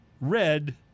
red